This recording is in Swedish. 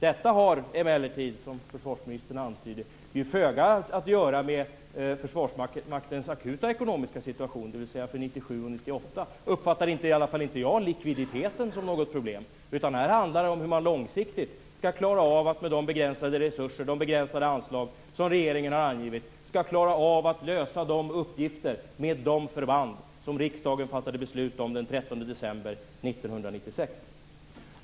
Detta har emellertid, som försvarsministern antydde, föga att göra med Försvarsmaktens akuta ekonomiska situation, dvs. under 1997 och 1998. I det sammanhanget uppfattade i alla fall inte jag likviditeten som något problem. Här handlar det om hur man långsiktigt med de begränsade resurser och de begränsade anslag som regeringen har angivit skall klara av att lösa sina uppgifter med de förband som riksdagen fattade beslut om den 13 december 1996.